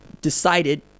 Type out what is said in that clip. decided